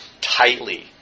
tightly